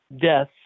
death